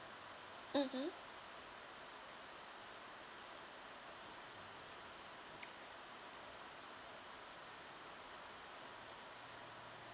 mmhmm